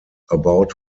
about